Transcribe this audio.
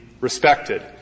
respected